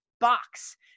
box